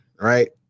right